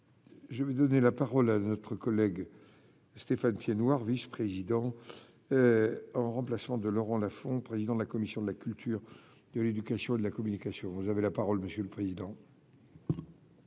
Je vais donner la parole à notre collègue Stéphane Piednoir, vice-président en remplacement de Laurent Lafon, président de la commission de la culture, de l'éducation et de la communication, vous avez la parole monsieur le président.